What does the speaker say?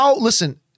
Listen